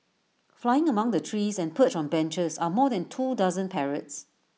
flying among the trees and perched on benches are more than two dozen parrots